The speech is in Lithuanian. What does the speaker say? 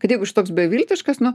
kad jeigu šitoks beviltiškas nu